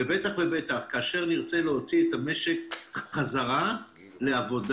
בטח ובטח שכאשר נרצה להוציא את המשק חזרה לעבודה,